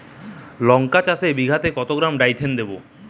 লঙ্কা চাষে বিঘাতে কত গ্রাম ডাইথেন দেবো?